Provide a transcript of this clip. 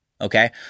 okay